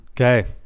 Okay